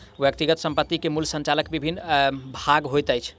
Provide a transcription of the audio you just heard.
व्यक्तिगत संपत्ति के मूल्य संचयक विभिन्न भाग होइत अछि